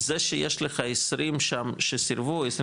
זה שיש לך 25 שם שסירבו,